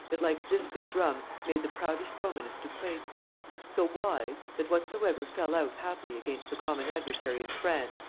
that like zisca's drum made the proudest romanist to quake so wise, that whatsoever fell out happily against the common adversary in france,